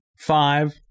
five